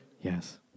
yes